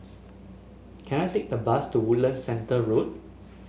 can I take a bus to Woodland Centre Road